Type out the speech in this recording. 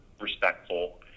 respectful